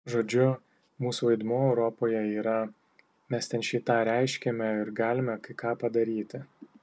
žodžiu mūsų vaidmuo europoje yra mes ten šį tą reiškiame ir galime kai ką padaryti